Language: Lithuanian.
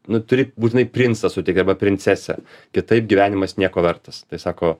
nu turi būtinai princą sutikt arba princesę kitaip gyvenimas nieko vertas sako